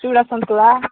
ଚୁଡ଼ା ସନ୍ତୁଳା